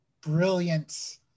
brilliant